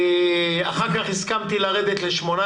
אחר כך הסכמתי לרדת ל-18.